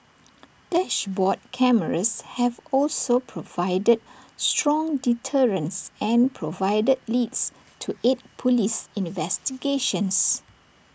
dashboard cameras have also provided strong deterrence and provided leads to aid Police investigations